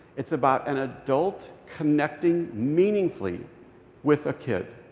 it's about an adult connecting meaningfully with a kid.